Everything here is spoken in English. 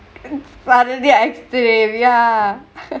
from other extreme ya